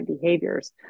behaviors